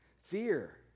Fear